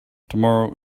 tomorrow